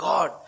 God